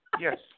Yes